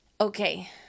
Okay